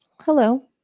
Hello